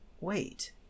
wait